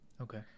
Okay